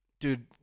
Dude